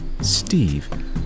Steve